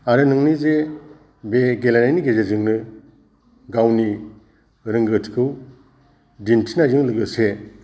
आरो नोंनि जे बे गेलेनायनि गेजेरजोंनो गावनि रोंगौथिखौ दिन्थिनायजों लोगोसे